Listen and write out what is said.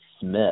Smith